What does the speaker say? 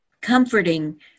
Comforting